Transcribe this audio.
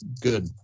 good